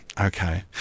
Okay